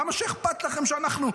למה שיהיה אכפת לכם שאנחנו,